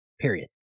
Period